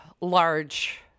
large